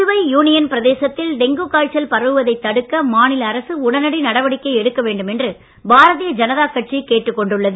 Puduvai union பிரதேசத்தில் dengue காய்ச்சல் பரவுவதைத் தடுக்க மாநில அரசு உடனடி நடவடிக்கை எடுக்க வேண்டும் என்று பாரதிய ஜனதா கட்சி கேட்டுக் கொண்டுள்ளது